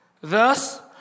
Thus